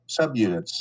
subunits